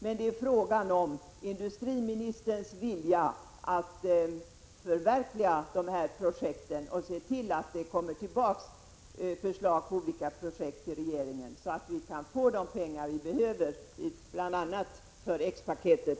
Men det är fråga om industriministerns vilja att förverkliga de här projekten och se till att det kommer förslag från regeringen på olika projekt, så att vi kan få de pengar vi behöver, bl.a. för X-paketet.